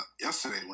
yesterday